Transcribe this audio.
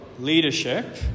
Leadership